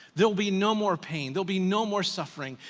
they'll be no more pain, they'll be no more suffering,